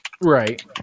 right